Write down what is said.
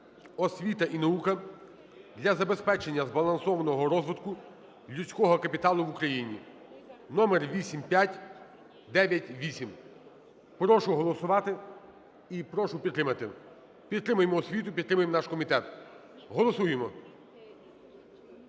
"Освіта і наука для забезпечення збалансованого розвитку людського капіталу в Україні" (№ 8598). Прошу голосувати і прошу підтримати. Підтримаймо освіту, підтримаймо наш комітет. Голосуємо.